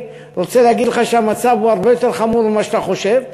אני רוצה להגיד לך שהמצב הוא הרבה יותר חמור ממה שאתה חושב,